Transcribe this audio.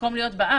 מקום להיות בארץ,